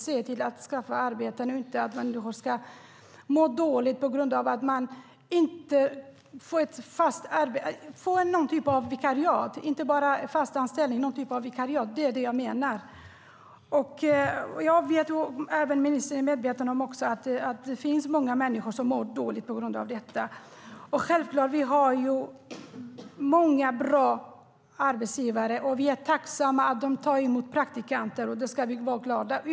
Se till att skapa arbeten utan att människor ska må dåligt på grund av att de inte får en fast anställning, inte ens någon typ av vikariat. Det är det jag menar. Jag vet och även ministern är medveten om att det finns många människor som mår dåligt på grund av detta. Självklart har vi många bra arbetsgivare, och vi är tacksamma att de tar emot praktikanter. Det ska vi vara glada för.